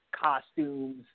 costumes